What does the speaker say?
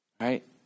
right